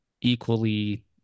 equally